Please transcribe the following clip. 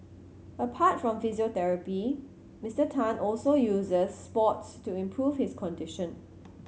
apart from physiotherapy Mister Tan also uses sports to improve his condition